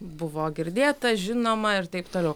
buvo girdėta žinoma ir taip toliau